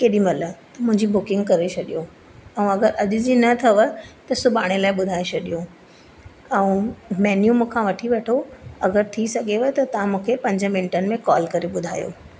केॾीमहिल मुंहिंजी बुकिंग करे छॾियो ऐं अगरि अॼु जी न अथव त सुभाणे लाइ ॿुधाइ छॾियो ऐं मेन्यू मूंखां वठी वठो अगरि थी सघेव त तव्हां मूंखे पंज़ मिंटन में कॉल करे ॿुधायो